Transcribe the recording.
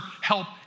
help